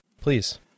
please